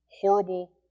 horrible